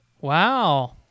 Wow